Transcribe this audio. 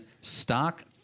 stock